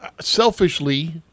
selfishly